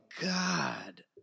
God